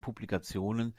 publikationen